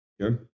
Sure